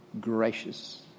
gracious